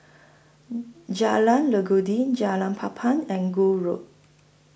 Jalan Legundi Jalan Papan and Gul Road